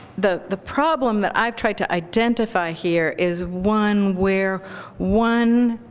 the the problem that i've tried to identify here is one where one